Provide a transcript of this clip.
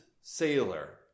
sailor